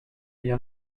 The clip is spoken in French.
bien